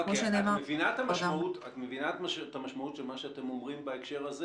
את מבינה את המשמעות של מה שאתם אומרים בהקשר הזה